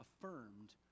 affirmed